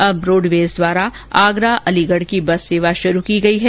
अब रोडवेज द्वारा आगरा अलीगढ़ की बस सेवा शुरू की गई है